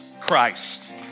Christ